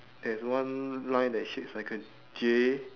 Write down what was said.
there is one line that shapes like a J